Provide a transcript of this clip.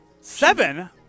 Seven